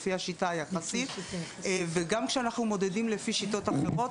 לפי השיטה היחסית וגם כשאנחנו מודדים לפי שיטות אחרות,